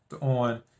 on